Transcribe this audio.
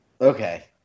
Okay